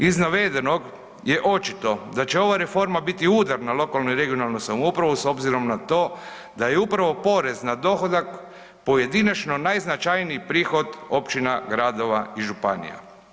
Iz navedenog je očito da će ova reforma biti udar na lokalnu i regionalnu samoupravu s obzirom na to da je upravo porez na dohodak pojedinačno najznačajniji prihod općina, gradova i županija.